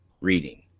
reading